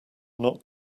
not